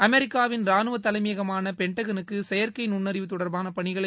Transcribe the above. அமெரிக்காவின் ராணுவ தலைமையகமான பெள்டகனுக்கு செயற்கை நுண்ணறிவு தொடர்பான பணிகளை